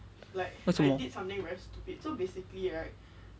为什么